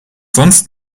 sonst